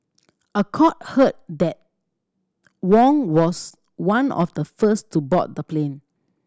a court heard that Wang was one of the first to board the plane